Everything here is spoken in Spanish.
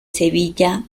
sevilla